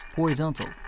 horizontal